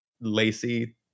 lacy